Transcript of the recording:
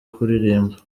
kuririmba